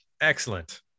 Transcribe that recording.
excellent